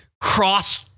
cross